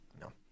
no